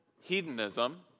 hedonism